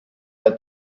der